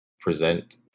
present